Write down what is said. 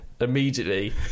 immediately